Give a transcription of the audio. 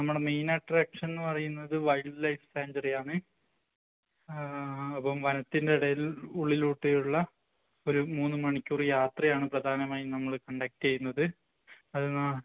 നമ്മടെ മെയ്നട്രാക്ഷൻ എന്നു പറയുന്നത് വൈൽഡ് ലൈഫ് സാഞ്ചുറിയാണ് അപ്പോള് വനത്തിന്റെ ഇടയിൽ ഉള്ളിലോട്ടുള്ള ഒരു മൂന്നുമണിക്കൂര് യാത്രയാണ് പ്രധാനമായും നമ്മള് കണ്ടക്റ്റീയുന്നത് അത് നാ